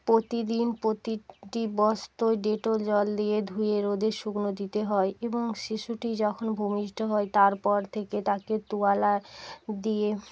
প্রতিদিন প্রতিটি বস্ত্রয় ডেটল জল দিয়ে ধুয়ে রোদে শুকনো দিতে হয় এবং শিশুটি যখন ভূমিষ্ঠ হয় তারপর থেকে তাকে তোয়ালে আর দিয়ে